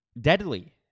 deadly